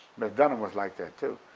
miss dunham was like that too.